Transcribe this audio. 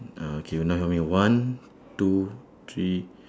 uh okay you now how you one two three